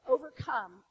overcome